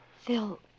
Phil